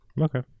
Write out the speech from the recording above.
Okay